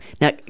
Now